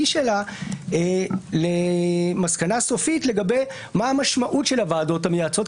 שלה למסקנה סופית לגבי מה המשמעות של הוועדות המייעצות,